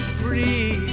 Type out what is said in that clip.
free